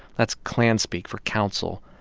that's klan-speak for counsel.